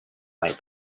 might